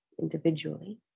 individually